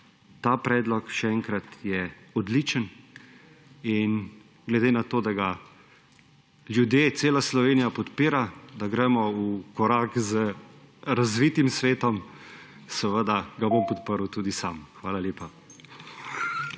ta predlog, še enkrat, je odličen in glede na to, da ga ljudje, cela Slovenija podpira, da gremo v korak z razvitim svetom, ga bom podprl tudi sam. Hvala lepa.